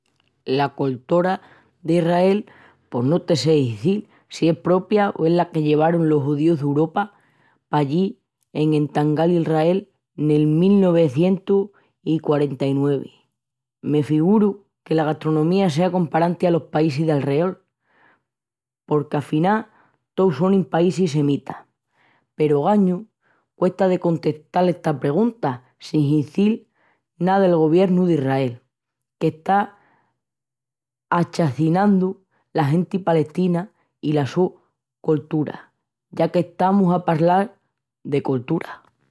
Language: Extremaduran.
La coltura d'Israel pos no te sé izil si es propia o es la que llevarun los judíus d'Uropa pallí en entangal Israel nel mil nuevicientus i quarenta-i-nuevi. Me figuru que la gastronomía sea comparanti alos paísis d'alreol porque afinal tous sonin paísis semitas. Peru ogañu cuesta de contestal esta pergunta sin izil ná del goviernu d'Israel, qu'está achacinandu la genti palestina i la su coltura, ya qu'estamus a palral de coltura.